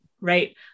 right